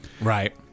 right